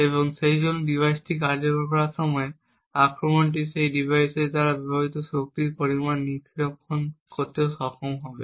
এবং সেইজন্য ডিভাইসটি কার্যকর করার সময় আক্রমণকারী সেই ডিভাইসের দ্বারা ব্যবহৃত শক্তির পরিমাণ নিরীক্ষণ করতে সক্ষম হবে